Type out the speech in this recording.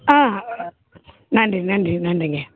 ஆ நன்றி நன்றி நன்றிங்கய்யா